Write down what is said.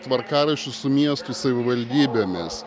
tvarkaraščius su miestų savivaldybėmis